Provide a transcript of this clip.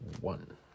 one